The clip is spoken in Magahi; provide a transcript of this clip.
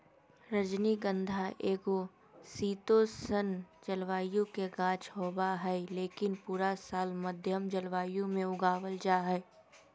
रजनीगंधा एगो शीतोष्ण जलवायु के गाछ होबा हय, लेकिन पूरा साल मध्यम जलवायु मे उगावल जा हय